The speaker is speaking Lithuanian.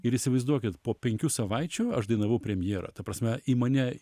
ir įsivaizduokit po penkių savaičių aš dainavau premjerą ta prasme į mane